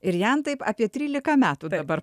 ir jam taip apie trylika metų dabar